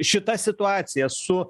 šita situacija su